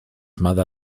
mother